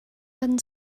kan